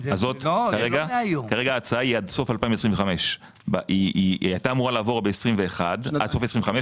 כרגע ההצעה היא עד סוף 25. הייתה אמורה לעבור ב-21' עד סוף 25',